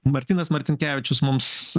martynas marcinkevičius mums